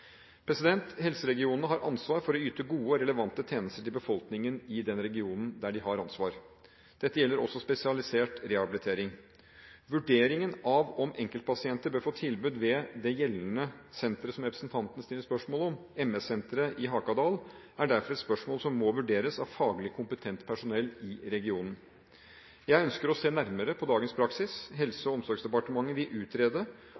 Helseregionene har ansvar for å yte gode og relevante tjenester til befolkningen i den regionen der de har ansvar. Dette gjelder også spesialisert rehabilitering. Vurderingen av om enkeltpasienter bør få tilbud ved det gjeldende senteret, som representanten stiller spørsmål om – MS-senteret i Hakadal – er derfor et spørsmål som må vurderes av faglig kompetent personell i regionen. Jeg ønsker å se nærmere på dagens praksis. Helse- og omsorgsdepartementet vil utrede